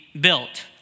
built